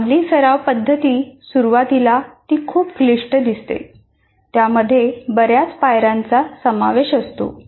चांगली सराव पद्धती सुरुवातीला ती खूप क्लिष्ट दिसते त्यामध्ये बर्याच पायर्यांचा समावेश असतो